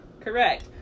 correct